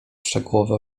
szczegółowe